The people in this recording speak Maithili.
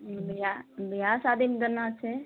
बियाह बियाह शादीमे देना छै